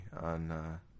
on